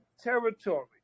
territory